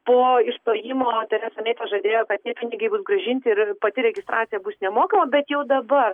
po išstojimo teresa mei pažadėjo kad tie pinigai bus grąžinti ir pati registracija bus nemokama bet jau dabar